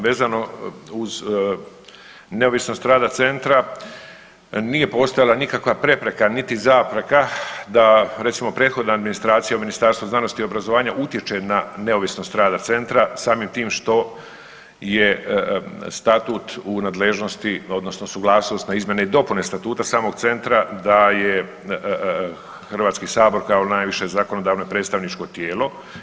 Vezano uz neovisnost rada centra nije postojala nikakva prepreka niti zapreka da recimo prethodna administracija u Ministarstvu znanosti i obrazovanja utječe na neovisnost rada centra samim tim što je statut u nadležnost odnosno suglasnost na izmjene i dopune statuta samog centra da je HS kao najviše zakonodavno i predstavničko tijelo.